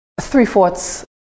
three-fourths